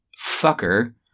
fucker